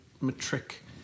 matric